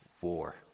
war